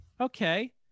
Okay